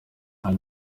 hari